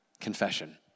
Confession